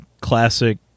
classic